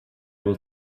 will